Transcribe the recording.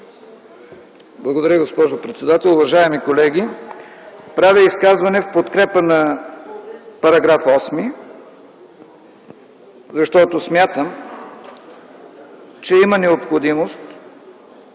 Благодаря, госпожо председател. Уважаеми колеги, правя изказване в подкрепа на § 8, защото смятам, че има необходимост